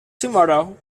tomorrow